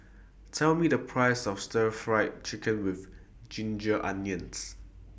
Tell Me The Price of Stir Fried Chicken with Ginger Onions